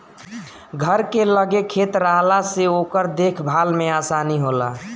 घर के लगे खेत रहला से ओकर देख भाल में आसानी होला